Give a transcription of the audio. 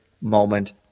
moment